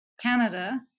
Canada